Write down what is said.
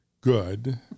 good